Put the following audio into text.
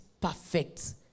perfect